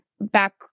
back